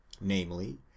namely